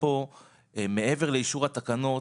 מעבר לאישור התקנות,